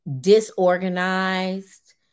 disorganized